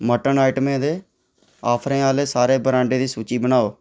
mutton आइटमें दे ऑफरें आह्ले सारे ब्रांडें दी सूची बनाओ